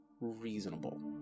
reasonable